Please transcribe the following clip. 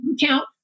count